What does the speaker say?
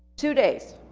two days.